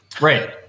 right